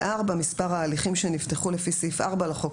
מספר ההליכים שנפתחו לפי סעיף 4 לחוק,